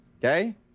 Okay